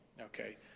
Okay